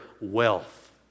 wealth